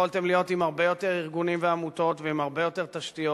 יכולתם להיות עם הרבה יותר ארגונים ועמותות ועם הרבה יותר תשתיות.